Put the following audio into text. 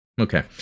Okay